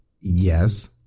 Yes